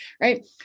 right